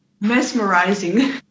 Mesmerizing